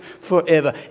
forever